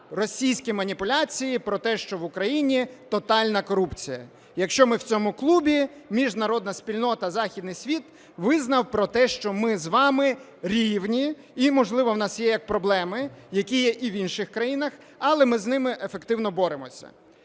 російські маніпуляції про те, що в Україні тотальна корупція. Якщо ми в цьому клубі, міжнародна спільнота, західний світ визнав про те, що ми з вами рівні і, можливо, в нас є як проблеми, які є і в інших країнах, але ми з ними ефективно боремося.